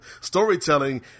storytelling